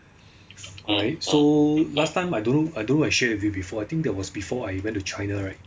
right so last time I don't know I don't know whether I share with you before I think that was before I went to china right